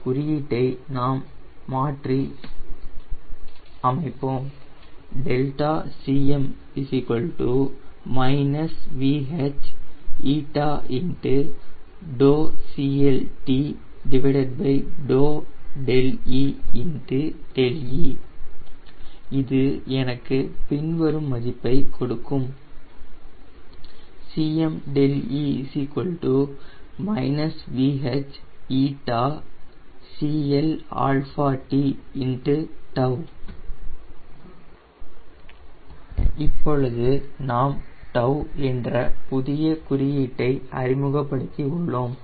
இந்த குறியீட்டை நாம் மாற்றி அமைப்போம் Δ𝐶m VH𝜂𝜕𝐶Lt𝜕e𝛿e இது எனக்கு பின்வரும் மதிப்பை கொடுக்கும் Cme VH𝜂CLt𝜏 இப்பொழுது நாம் 𝜏 என்ற புதிய குறியீட்டை அறிமுகப்படுத்தி உள்ளோம்